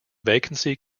vacancy